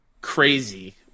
crazy